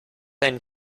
end